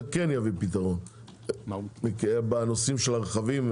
זה כן יביא פתרון בנושאים של הרכבים.